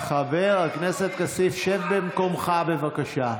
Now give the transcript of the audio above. חבר הכנסת כסיף, שב במקומך, בבקשה.